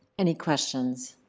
any questions?